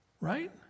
Right